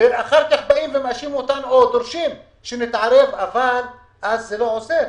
אחר כך באים ומאשימים אותנו או דורשים שנתערב אבל אז זה לא עוזר.